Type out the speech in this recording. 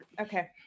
Okay